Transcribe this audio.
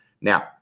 Now